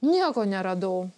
nieko neradau